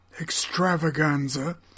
extravaganza